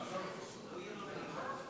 לא נמצא.